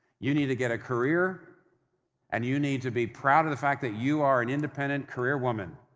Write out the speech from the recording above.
you need to get a career and you need to be proud of the fact that you are an independent career woman.